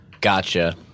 Gotcha